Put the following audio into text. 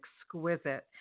exquisite